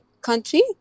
country